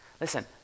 listen